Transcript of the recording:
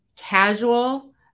casual